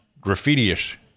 graffiti-ish